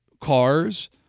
cars